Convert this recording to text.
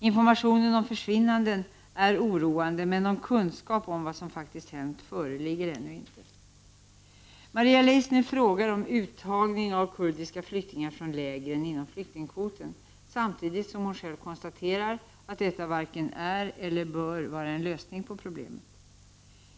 Informationen om försvinnanden är oroande, men någon kunskap om vad som faktiskt hänt föreligger ännu inte. Maria Leissner frågar om uttagning av kurdiska flyktingar från lägren inom flyktingkvoten, samtidigt som hon själv konstaterar att detta varken är eller bör vara en lösning på problemet.